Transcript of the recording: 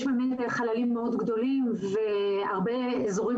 יש לנו חללים מאוד גדולים והרבה אזורים